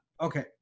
Okay